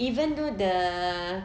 even though the